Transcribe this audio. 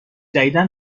جدیدا